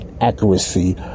accuracy